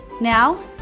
Now